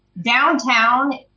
Downtown